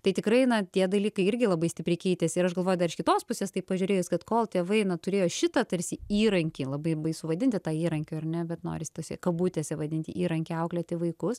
tai tikrai na tie dalykai irgi labai stipriai keitėsi ir aš galvoju dar iš kitos pusės tai pažiūrėjus kad kol tėvai turėjo šitą tarsi įrankį labai baisu vaidinti tą įrankiu ar ne bet norisi tose kabutėse vadinti įrankiu auklėti vaikus